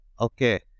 okay